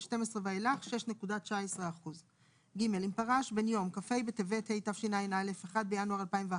2012 ואילך 6.19%. אם פרש בין יום כ"ה בטבת התשע"א (1 בינואר 2011)